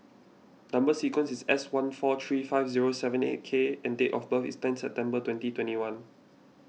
Number Sequence is S one four three five zero seven eight K and date of birth is ten September twenty twenty one